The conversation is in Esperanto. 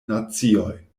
nacioj